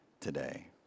today